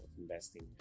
investing